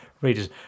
readers